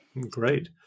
Great